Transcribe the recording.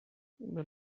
but